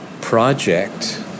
project